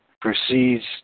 proceeds